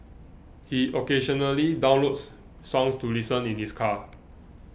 he occasionally downloads songs to listen in his car